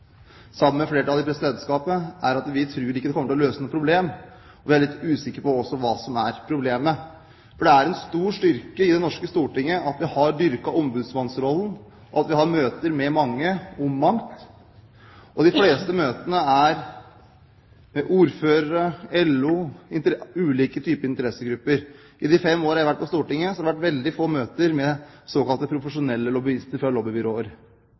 sammen med flertallet i Presidentskapet, er at vi ikke tror det kommer til å løse noe problem. Vi er også litt usikre på hva som er problemet. Det er en stor styrke i det norske stortinget at vi har dyrket ombudsmannsrollen, at vi har møter med mange om mangt. De fleste møtene er med ordførere, LO og ulike typer interessegrupper. I de fem årene jeg har vært på Stortinget, har det vært veldig få møter med såkalte profesjonelle lobbyister fra